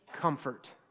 comfort